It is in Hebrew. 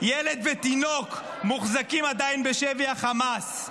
ילד ותינוק מוחזקים עדיין בשבי החמאס.